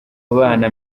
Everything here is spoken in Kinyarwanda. bana